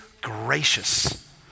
gracious